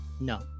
no